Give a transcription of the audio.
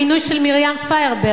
המינוי של מרים פיירברג,